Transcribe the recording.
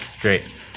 Great